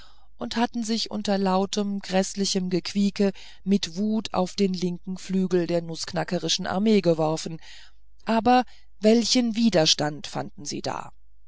und hatten sich unter lautem gräßlichen gequiek mit wut auf den linken flügel der nußknackerischen armee geworfen aber welchen widerstand fanden sie da